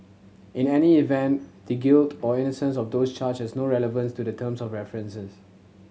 in any event the guilt or innocence of those charges no relevance to the terms of references